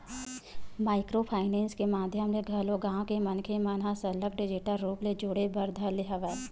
micro finance के माधियम ले घलो गाँव के मनखे मन ह सरलग डिजिटल रुप ले जुड़े बर धर ले हवय